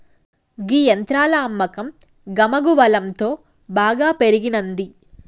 గీ యంత్రాల అమ్మకం గమగువలంతో బాగా పెరిగినంది